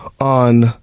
on